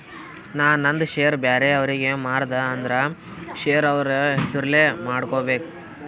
ನಾ ನಂದ್ ಶೇರ್ ಬ್ಯಾರೆ ಅವ್ರಿಗೆ ಮಾರ್ದ ಅಂದುರ್ ಶೇರ್ ಅವ್ರ ಹೆಸುರ್ಲೆ ಮಾಡ್ಕೋಬೇಕ್